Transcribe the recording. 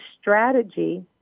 strategy